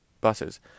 buses